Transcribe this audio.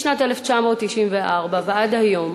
משנת 1994 ועד היום